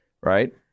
Right